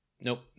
Nope